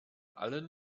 allen